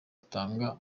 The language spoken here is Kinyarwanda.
atanga